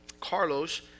Carlos